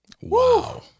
Wow